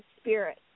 spirit